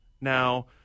now